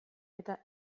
eta